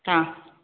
ಹಾಂ